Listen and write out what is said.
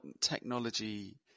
technology